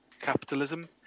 capitalism